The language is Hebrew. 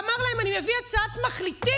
ואמר להם: אני מביא הצעת מחליטים,